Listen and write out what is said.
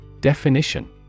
Definition